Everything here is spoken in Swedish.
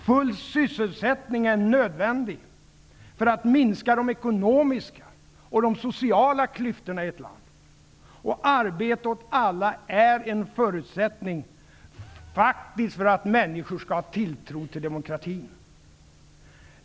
Full sysselsättning är nödvändig för att minska de ekonomiska och de sociala klyftorna i ett land, och arbete åt alla är en förutsättning för att människor skall ha tilltro till demokratin.